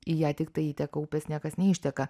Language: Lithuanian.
į ją tiktai įteka upės niekas neišteka